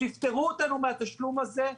תפתרו אותנו מהתשלום הזה,